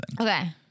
Okay